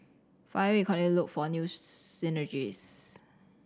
finally we continue to look for new synergies